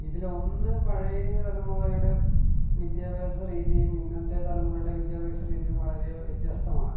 ഇതിലൊന്ന് പഴയ തലമുറയുടെ വിദ്യാഭ്യാസ രീതിയും ഇന്നത്തെ തലമുറയുടെ വിദ്യാഭ്യാസ രീതിയും വളരെ വ്യത്യസ്തമാണ്